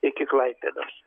iki klaipėdos